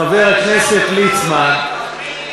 חבר הכנסת ליצמן,